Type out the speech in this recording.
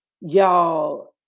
Y'all